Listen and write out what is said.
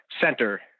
center